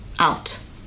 out